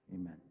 amen